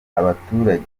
abaturage